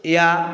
या